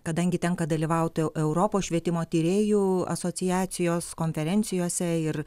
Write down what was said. kadangi tenka dalyvauti europos švietimo tyrėjų asociacijos konferencijose ir